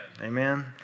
Amen